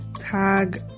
tag